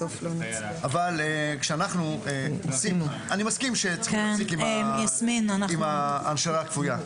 אני מסכים שצריך להפסיק עם ההנשרה הכפויה,